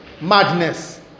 madness